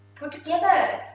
put together,